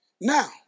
Now